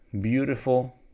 beautiful